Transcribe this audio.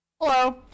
Hello